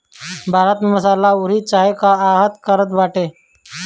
भारत मसाला अउरी चाय कअ आयत करत बाटे